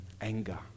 anger